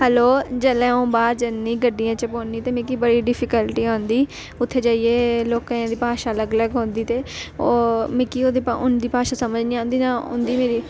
hello जेल्लै अ'ऊं बाह्र जन्नी गड्डियें च बौह्नी ते मिगी बड़ी डिफिकल्टी औंदी उत्थै जाइयै लोकें दी भाशा अलग अलग होंदी ते ओह् मिगी ओह्दी उं'दी भाशा समझ नी आंदी ते उं'दी मेरी